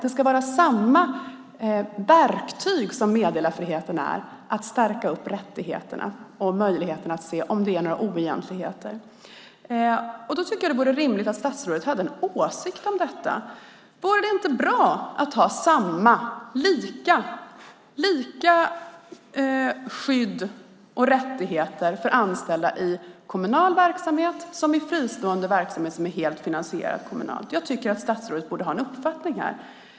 Det ska vara samma verktyg, som meddelarfriheten är, att stärka rättigheterna och möjligheterna att se om det är några oegentligheter. Jag tycker att det vore rimligt att statsrådet hade en åsikt om detta. Vore det inte bra att ha lika skydd och rättigheter för anställda i kommunal verksamhet som i fristående verksamhet som är helt finansierad kommunalt? Jag tycker att statsrådet borde ha en uppfattning här.